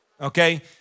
okay